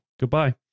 Goodbye